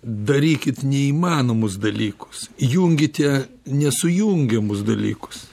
darykit neįmanomus dalykus junkite nesujungiamus dalykus